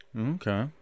Okay